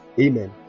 amen